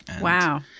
Wow